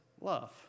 love